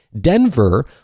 Denver